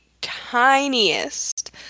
tiniest